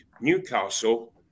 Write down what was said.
Newcastle